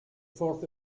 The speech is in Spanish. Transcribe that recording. fort